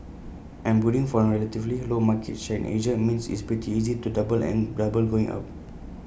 and booting from A relatively low market share in Asia means it's pretty easy to double and double going up